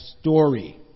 story